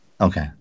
Okay